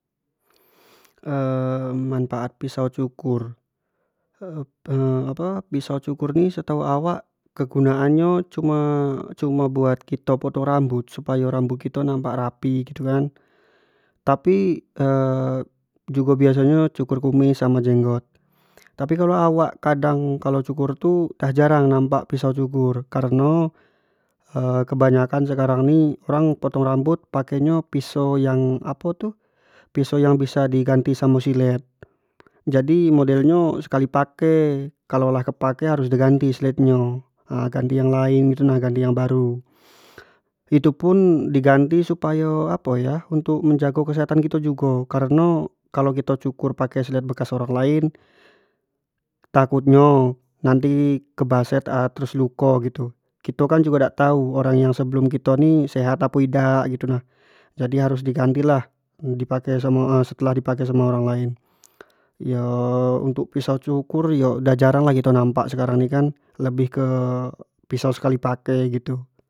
manfaat pisau cukur, pisau cukur ni setau awak pisau cukur ni guna nya cumo buat kito potong rambut supayo rambut kito nampak rapi gitu kan, tapi jugo biaso nyo cukur kumis samo jenggot, tapi yo kalau awak kadang kalau cukur tu tak jarang nampak pisau cukur kareno kebanyak an sekarang ini, orang potong rambut nyo pake nyo piso yang apo tu piso yang bisa diganti samo silet, jadi model nyo sekali pake jadi kalua lah tepake harus di ganti silet nyo ganti yang lian gitu nah, ganti yang baru itu pun diganti supayo apo yo untuk menjago kesehatan kito jugo kareno kalau kito cukur pakai silet bekas orang lain takut nyo nanti kebaset terus luko gitu, kito kan jugo dak tau orang sebelum kito ni sehat apo idak gitu nah, jadi harus diganti lah di pake setelah di pake samo orang lain, yo untuk pisau cukur yo udah jarang lah kito nampak sekarang ne kan lebih ke pisau sekali pake gitu